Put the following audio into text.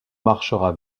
marchera